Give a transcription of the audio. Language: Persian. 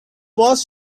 باز